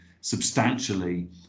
substantially